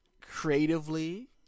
creatively